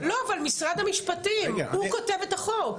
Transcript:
לא, אבל משרד המשפטים הוא כותב את החוק.